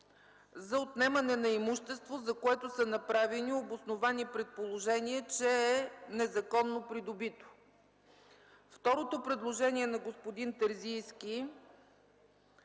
„за отнемане на имущество, за което са направени обосновани предположения, че е незаконно придобито”. Второто предложение на господин Терзийски